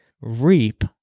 reap